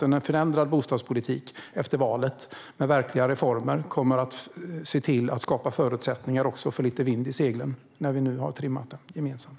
En förändrad bostadspolitik efter valet, med verkliga reformer, kommer att skapa förutsättningar för lite vind i seglen när vi nu har trimmat dem gemensamt.